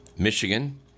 Michigan